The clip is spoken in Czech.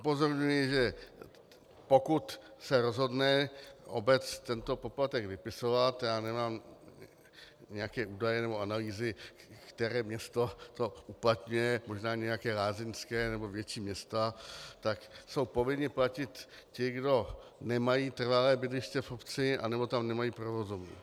Upozorňuji, že pokud se rozhodne obec tento poplatek vypisovat, já nemám nějaké údaje nebo analýzy, které město to uplatňuje, možná nějaké lázeňské nebo větší města, tak jsou povinni platit ti, kdo nemají trvalé bydliště v obci nebo tam nemají provozovnu.